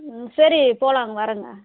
ம் சரி போகலாங் வரேங்க